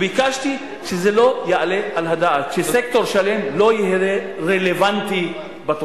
ואמרתי שזה לא יעלה על הדעת שסקטור שלם לא יהיה רלוונטי בתוכנית הזאת.